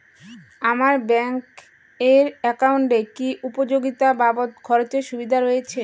আমার ব্যাংক এর একাউন্টে কি উপযোগিতা বাবদ খরচের সুবিধা রয়েছে?